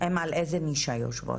על איזה נישה הן יושבות.